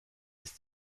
ist